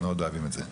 הם אוהבים את זה מאוד.